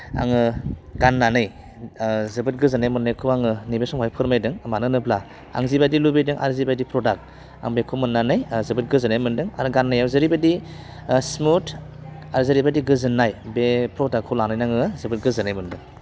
आङो गाननानै जोबोद गोजोननाय मोननायखौ आङो नैबे समाव फोरमायदों मानो होनोब्ला आं जिबायदि लुबैदों आरो जिबायदि प्रडाक्ट आं बेखौ मोननानै जोबोद गोजोननाय मोन्दों आरो गाननायाव जेरैबायदि स्मुथ आरो जेरैबायदि गोजोननाय बे प्रडाक्टखौ लानानै आङो जोबोद गोजोननाय मोन्दों